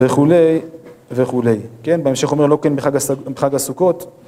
וכולי וכולי, כן? בהמשך אומר, לא כן בחג הסוכות